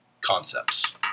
concepts